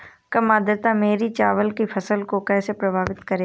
कम आर्द्रता मेरी चावल की फसल को कैसे प्रभावित करेगी?